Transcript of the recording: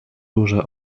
duże